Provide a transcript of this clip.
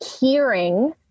hearing